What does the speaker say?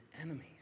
enemies